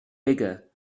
bigger